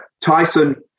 Tyson